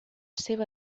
seva